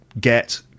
get